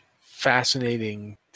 fascinating